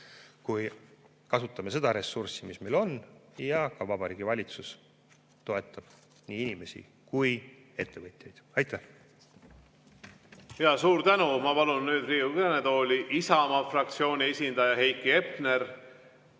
kui kasutame seda ressurssi, mis meil on, ja Vabariigi Valitsus toetab nii inimesi kui ka ettevõtteid. Aitäh!